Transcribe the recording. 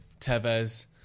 Tevez